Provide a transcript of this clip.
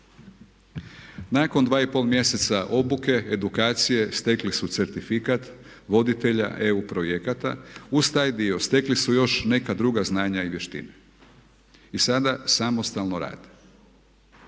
Nakon dva i pol mjeseca obuke, edukacije stekli su certifikat voditelja EU projekata. Uz taj dio stekli su još neka druga znanja i vještine. I sada samostalno rade.